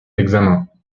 d’examen